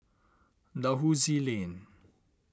Dalhousie Lane